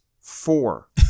Four